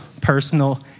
personal